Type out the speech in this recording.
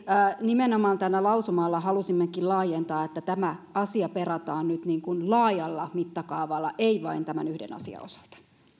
nimenomaan tällä lausumalla halusimmekin laajentaa että tämä asia perataan nyt laajalla mittakaavalla eikä vain tämän yhden asian osalta